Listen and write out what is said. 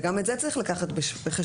וגם את זה צריך לקחת בחשבון.